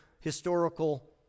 historical